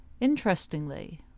Interestingly